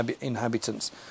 inhabitants